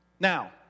Now